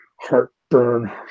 heartburn